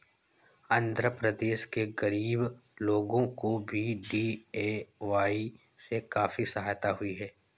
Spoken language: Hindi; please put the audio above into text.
आंध्र प्रदेश के गरीब लोगों को भी डी.ए.वाय से काफी सहायता हुई है